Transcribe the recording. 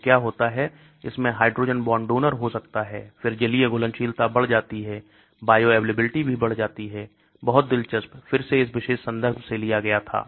तो क्या होता है इसमें हाइड्रोजन बॉन्ड डोनर हो सकता है फिर जलीय घुलनशीलता बढ़ जाती है बायोअवेलेबिलिटी भी बढ़ जाती है बहुत दिलचस्प फिर से इस विशेष संदर्भ से लिया गया था